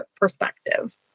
perspective